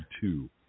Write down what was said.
two